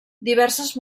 diverses